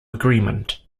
agreement